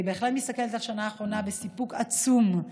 אני בהחלט מסתכלת על השנה האחרונה בסיפוק עצום,